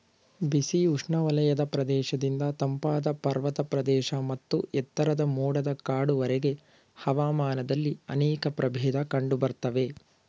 ಬಿಸಿ ಉಷ್ಣವಲಯದ ಪ್ರದೇಶದಿಂದ ತಂಪಾದ ಪರ್ವತ ಪ್ರದೇಶ ಮತ್ತು ಎತ್ತರದ ಮೋಡದ ಕಾಡುವರೆಗೆ ಹವಾಮಾನದಲ್ಲಿ ಅನೇಕ ಪ್ರಭೇದ ಕಂಡುಬರ್ತವೆ